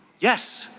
yes.